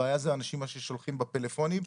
הבעיה היא אנשים ששולחים בטלפונים.